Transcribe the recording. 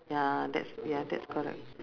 ya that's ya that's correct